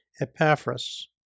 Epaphras